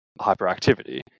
hyperactivity